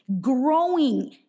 growing